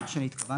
מה שאני התכוונתי,